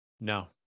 No